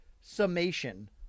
summation